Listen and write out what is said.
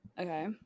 Okay